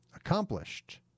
accomplished